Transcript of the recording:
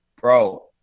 Bro